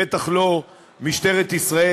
בטח לא משטרת ישראל,